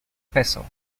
peso